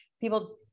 people